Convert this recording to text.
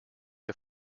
the